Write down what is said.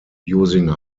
using